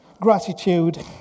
gratitude